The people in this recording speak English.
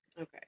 Okay